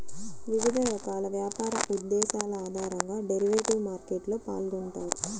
వివిధ రకాల వ్యాపార ఉద్దేశాల ఆధారంగా డెరివేటివ్ మార్కెట్లో పాల్గొంటారు